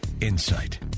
insight